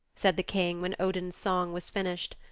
said the king, when odin's song was finished.